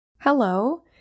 Hello